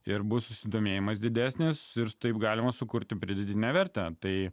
ir bus susidomėjimas didesnis ir taip galima sukurti pridėtinę vertę tai